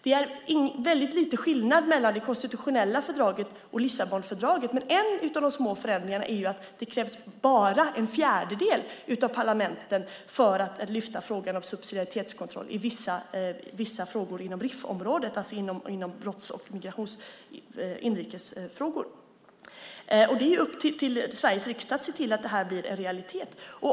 Det är en liten skillnad mellan det konstitutionella fördraget och Lissabonfördraget, men en av de små förändringarna är att det krävs bara en fjärdedel av parlamenten för att lyfta upp frågan om subsidiaritetskontroll i vissa frågor inom RIF-området, alltså inom området rättsliga och inrikes frågor. Det är upp till Sveriges riksdag att se till att det blir en realitet.